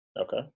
okay